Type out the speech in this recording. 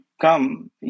come